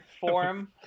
form